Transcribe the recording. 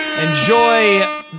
Enjoy